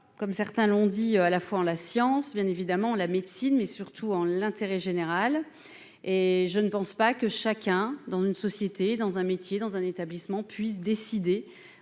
comme certains l'ont dit à la foi en la science, bien évidemment, la médecine, mais surtout en l'intérêt général et je ne pense pas que chacun, dans une société dans un métier dans un établissement puisse décider